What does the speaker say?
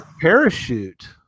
parachute